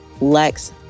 Lex